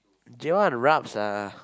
J one rabs ah